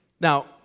Now